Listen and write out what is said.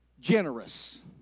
generous